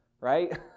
right